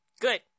Good